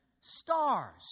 stars